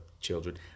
children